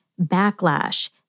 backlash